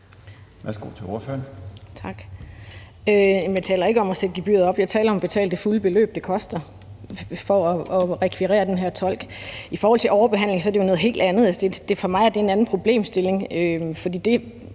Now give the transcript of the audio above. Louise Brown (LA): Tak. Jeg taler ikke om at sætte gebyret op. Jeg taler om at betale det fulde beløb, som det koster at rekvirere den her tolk. I forhold til overbehandling er det jo noget helt andet. For mig er det en anden problemstilling,